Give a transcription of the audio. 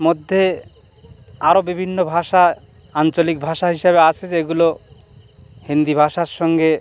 মধ্যে আরও বিভিন্ন ভাষা আঞ্চলিক ভাষা হিসাবে আছে যেগুলো হিন্দি ভাষার সঙ্গে